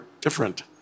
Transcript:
different